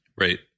Right